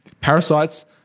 parasites